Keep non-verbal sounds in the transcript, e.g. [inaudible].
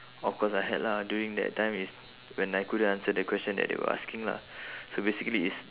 of course I had lah during that time is when I couldn't answer the question that they were asking lah [breath] so basically is